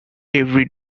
every